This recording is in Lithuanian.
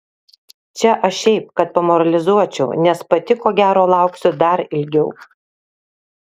čia aš šiaip kad pamoralizuočiau nes pati ko gero lauksiu dar ilgiau